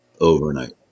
Overnight